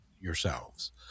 yourselves